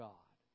God